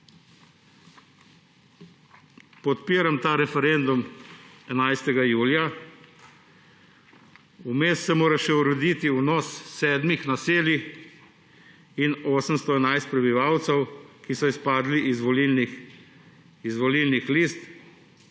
Podpiram ta referendum 11. julija, vmes se mora še urediti vnos sedmih naselij in 811 prebivalcev, ki so izpadli z volilnih list,